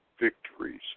victories